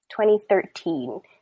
2013